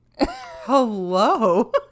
Hello